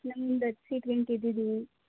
ನಮ್ದು ಒಂದು ಹತ್ತು ಸೀಟ್ ಗಂಟ ಇದ್ದೀವಿ